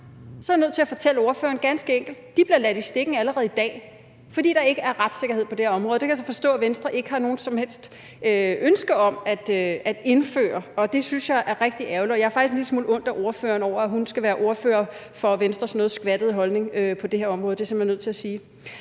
så er jeg nødt til at fortælle ordføreren, at de ganske enkelt bliver ladt i stikken allerede i dag, fordi der ikke er retssikkerhed på det her område. Det kan jeg så forstå Venstre ikke har noget som helst ønske om at indføre, og det synes jeg er rigtig ærgerligt. Og jeg har faktisk en lille smule ondt af ordføreren over, at hun skal være ordfører for Venstres noget skvattede holdning på det her område. Det er jeg simpelt hen nødt til at sige.